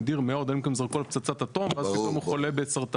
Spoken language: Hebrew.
נדיר מאוד אלא אם כן זרקו עליו פצצת אטום ואז פתאום הוא חולה בסרטן.